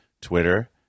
twitter